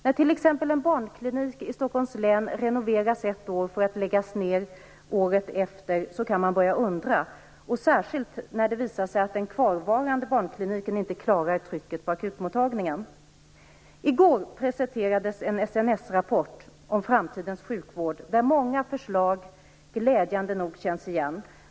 När t.ex. en barnklinik i Stockholms län renoveras ett år för att sedan läggas ned året efter kan man börja undra - särskilt när det visar sig att den kvarvarande barnkliniken inte klarar trycket på akutmottagningen. I går presenterades en SNS-rapport om framtidens sjukvård. Många förslag känns glädjande nog igen.